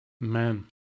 Man